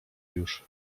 już